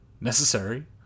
necessary